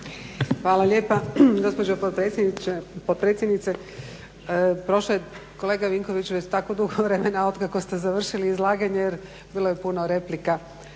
Hvala lijepa gospođo potpredsjednice. Prošlo je kolega Vinkoviću tako dugo vremena otkako ste završili izlaganje jer bilo je puno replika